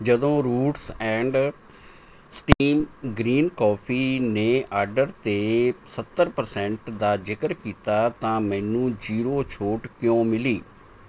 ਜਦੋਂ roots and steam green coffee ਨੇ order 'ਤੇ ਸੱਤਰ ਪਰਸੈਂਟ ਦਾ ਜ਼ਿਕਰ ਕੀਤਾ ਤਾਂ ਮੈਨੂੰ ਜ਼ੀਰੋ ਛੋਟ ਕਿਉਂ ਮਿਲੀ